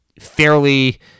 fairly